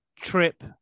trip